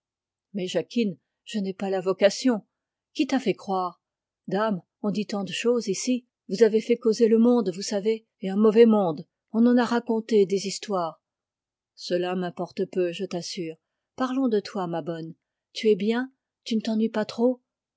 mais jacquine je n'ai pas la vocation qui t'a fait croire dame on dit tant de choses ici vous avez fait causer le monde vous savez et un mauvais monde on en a raconté des histoires cela m'importe peu je t'assure parlons de toi ma bonne tu es bien tu ne t'ennuies pas trop